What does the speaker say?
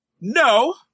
No